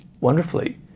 wonderfully